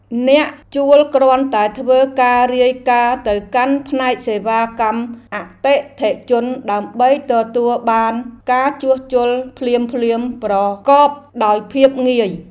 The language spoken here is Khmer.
អ្នកជួលគ្រាន់តែធ្វើការរាយការណ៍ទៅកាន់ផ្នែកសេវាកម្មអតិថិជនដើម្បីទទួលបានការជួសជុលភ្លាមៗប្រកបដោយភាពងាយ។